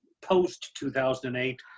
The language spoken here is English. post-2008